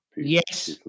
Yes